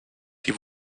die